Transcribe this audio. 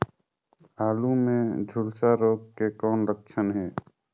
आलू मे झुलसा रोग के कौन लक्षण हे?